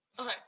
okay